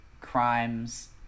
crimes